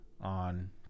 on